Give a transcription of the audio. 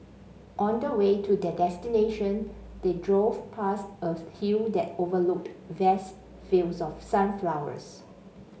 on the way to their destination they drove past a hill that overlooked vast fields of sunflowers